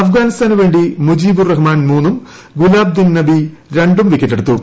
അഫ്ഗാനിസ്ഥാനു വേണ്ടി മുജീബ് ഉർ റഹ്മാൻ മൂന്നും ഗുലാബ് ദിൻ നബി രണ്ടും വിക്കറ്റെടുത്തു